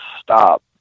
stop